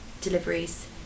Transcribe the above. deliveries